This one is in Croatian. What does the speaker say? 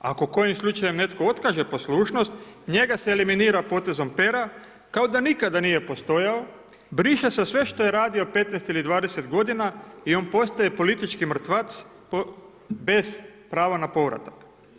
Ako kojim slučajem netko otkaže poslušnost njega se eliminira potezom pera kao da nikada nije postojao, briše se sve što je radio 15 ili 20 godina i on postaje politički mrtvac bez prava na povratak.